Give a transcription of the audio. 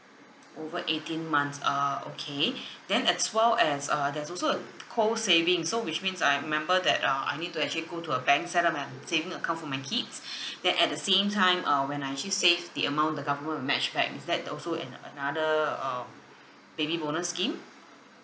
over eighteen months err okay then as well as uh there's also a co saving so which means I remember that uh I need to actually go to a bank set up a um saving account for my kids then at the same time uh when I actually save the amount the government will match back is that also an uh another um baby bonus scheme